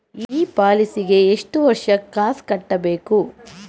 ಈ ಪಾಲಿಸಿಗೆ ಎಷ್ಟು ವರ್ಷ ಕಾಸ್ ಕಟ್ಟಬೇಕು?